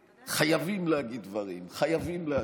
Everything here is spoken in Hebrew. חייבים להגיד דברים, חייבים להשיב.